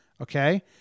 okay